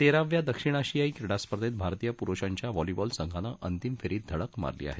तेराव्या दक्षिण आशियाई क्रीडा स्पर्धेत भारतीय पुरुषांच्या व्हॉली बॉल संघानं अंतिम फेरीत धडक मारली आहे